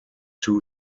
two